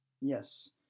Yes